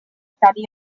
study